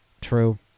true